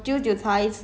everywhere lah